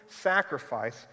sacrifice